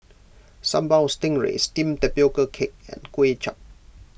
Sambal Stingray Steamed Tapioca Cake and Kuay Chap